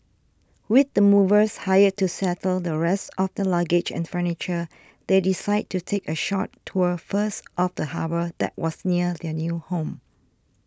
with the movers hired to settle the rest of their luggage and furniture they decided to take a short tour first of the harbour that was near their new home